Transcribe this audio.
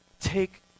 Take